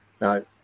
No